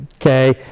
okay